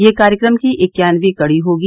यह कार्यक्रम की इक्यावनवीं कड़ी होगी